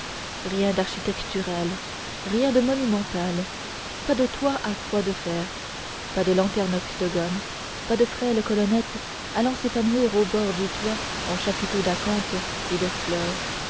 rien d'architectural rien de monumental pas de toit à croix de fer pas de lanterne octogone pas de frêles colonnettes allant s'épanouir au bord du toit en chapiteaux d'acanthes et de fleurs